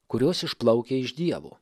kurios išplaukia iš dievo